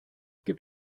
gibt